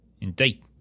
Indeed